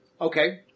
Okay